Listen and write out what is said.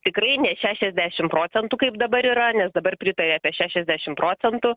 tikrai ne šešiasdešim procentų kaip dabar yra nes dabar pritaria apie šešiasdešim procentų